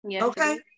okay